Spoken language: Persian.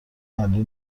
علی